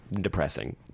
depressing